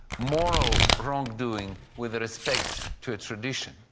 moral wrongdoing with respect to a tradition.